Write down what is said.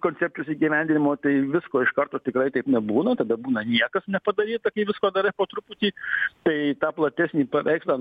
koncepcijos įgyvendinimo tai visko iš karto tikrai taip nebūna tada būna niekas nepadaryta kai visko darai po truputį tai tą platesnį paveikslą